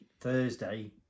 thursday